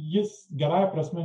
jis gerąja prasme